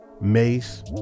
Mace